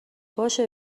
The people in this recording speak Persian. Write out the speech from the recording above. باشه